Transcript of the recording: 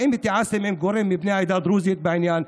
האם התייעצתם עם גורמים מבני העדה הדרוזית בעניין?